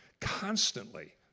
constantly